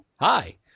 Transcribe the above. Hi